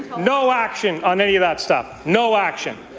no action on any of that stuff. no action.